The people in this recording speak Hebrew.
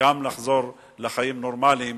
לחיים נורמליים